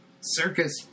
Circus